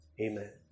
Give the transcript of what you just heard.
Amen